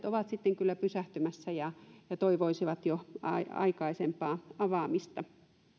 ovat kyllä pysähtymässä ja ja toivoisivat jo aikaisempaa avaamista